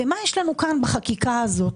ומה יש לנו כאן בחקיקה הזאת?